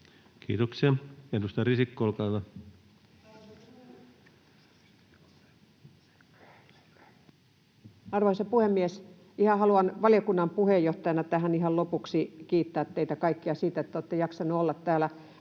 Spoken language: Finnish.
Kiitoksia. — Edustaja Risikko, olkaa hyvä. Arvoisa puhemies! Ihan haluan valiokunnan puheenjohtajana tähän ihan lopuksi kiittää teitä kaikkia siitä, että olette jaksaneet olla täällä.